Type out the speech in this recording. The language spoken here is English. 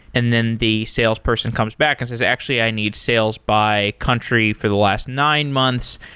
and then the salesperson comes back and says, actually, i need sales by country for the last nine months.